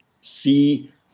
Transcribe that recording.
see